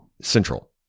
central